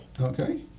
Okay